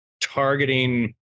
targeting